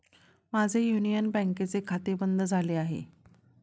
माझे युनियन बँकेचे खाते बंद झाले आहे